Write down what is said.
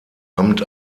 amt